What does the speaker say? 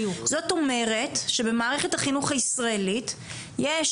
זאת אומרת שבמערכת החינוך הישראלית יש